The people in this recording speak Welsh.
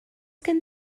gen